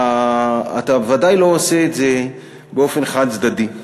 ואתה בוודאי לא עושה את זה באופן חד-צדדי.